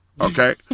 Okay